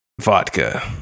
vodka